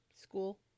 school